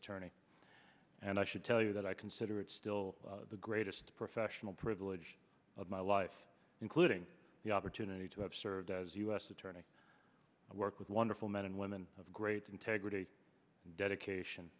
attorney and i should tell you that i consider it still the greatest professional privilege of my life including the opportunity to have served as u s attorney i work with wonderful men and women of great integrity dedication